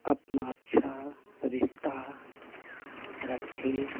अपना अच्छा रिश्ता रखें